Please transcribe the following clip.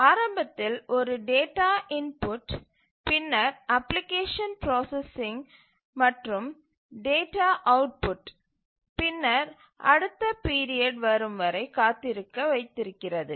ஆரம்பத்தில் ஒரு data input பின்னர் அப்ளிகேஷன் ப்ராசசிங் மற்றும் டேட்டா அவுட்புட் பின்னர் அடுத்த பீரியட் வரும் வரை காத்திருக்க வைத்திருக்கிறது